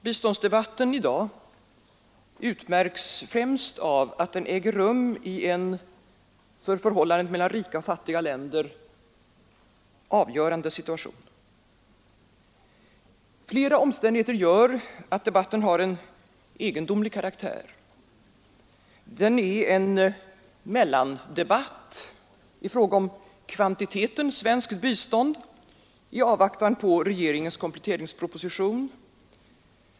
Herr talman! Biståndsdebatten i dag utmärks främst av att den äger rum i en för förhållandet mellan rika och fattiga länder avgörande situation. Flera omständigheter gör att debatten har en egendomlig karaktär. Den är en mellandebatt i fråga om kvantiteten svenskt bistånd i 49 avvaktan på regeringens kompletteringsproposition.